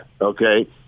Okay